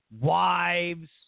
wives